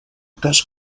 cas